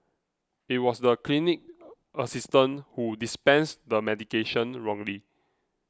it was the clinic assistant who dispensed the medication wrongly